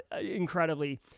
incredibly